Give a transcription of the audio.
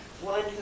One